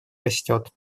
растет